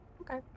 Okay